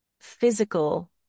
physical